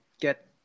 get